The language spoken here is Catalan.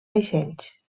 vaixells